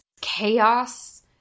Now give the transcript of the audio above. chaos